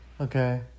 Okay